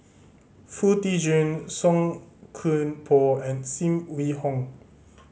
Foo Tee Jun Song Koon Poh and Sim Wong Hoo